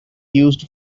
used